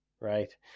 right